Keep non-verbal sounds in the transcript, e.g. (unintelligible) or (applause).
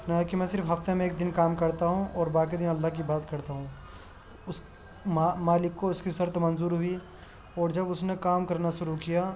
(unintelligible) صرف ہفتے میں ایک دن کام کرتا ہوں اور باقی دن اللہ کی عبادت کرتا ہوں اس ما مالک کو اس کی شرط منظور ہوئی اور جب اس نے کام کرنا شروع کیا